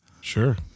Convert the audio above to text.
Sure